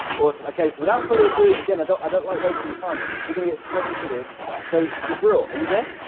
orsa my case without further ado again i don't i don't like wasting time. we're gonna get straight into this so jabril. are you there?